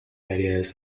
areas